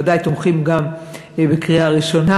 וודאי תומכים גם בקריאה ראשונה,